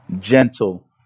gentle